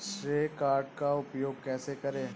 श्रेय कार्ड का उपयोग कैसे करें?